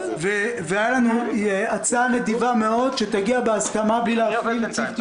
והייתה לנו הצעה נדיבה מאוד שתגיע בהסכמה בלי להפעיל את סעיף את